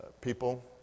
people